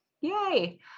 Yay